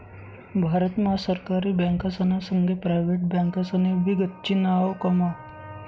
भारत मा सरकारी बँकासना संगे प्रायव्हेट बँकासनी भी गच्ची नाव कमाव